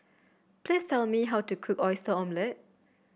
please tell me how to cook Oyster Omelette